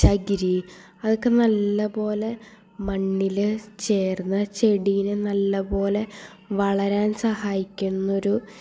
ചകിരി അതൊക്ക നല്ല പോലെ മണ്ണിൽ ചേർന്ന് ചെടീനെ നല്ല പോലെ വളരാൻ സഹായിക്കുന്നൊരു